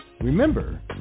Remember